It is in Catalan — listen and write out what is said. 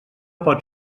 pot